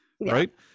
right